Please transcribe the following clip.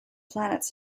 planets